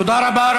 תודה רבה.